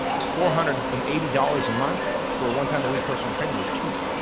four hundred and eighty dollars a month for a one time a week personal training was cheap.